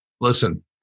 Listen